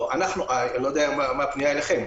אני לא יודע מה הפנייה אליכם.